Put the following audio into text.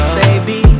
baby